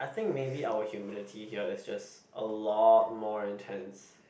I think maybe our humidity here is just a lot more intense